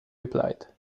replied